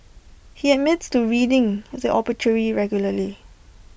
he admits to reading the obituary regularly